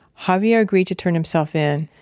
javier agreed to turn himself in.